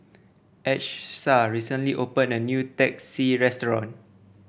Achsah recently open a new Teh C restaurant